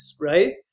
right